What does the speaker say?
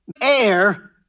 air